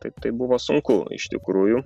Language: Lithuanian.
taip tai buvo sunku iš tikrųjų